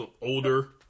older